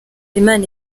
imana